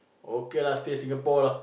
okay lah stay Singapore lah